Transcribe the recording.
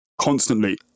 constantly